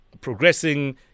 progressing